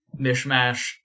mishmash